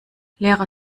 lehrer